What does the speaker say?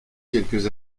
quelques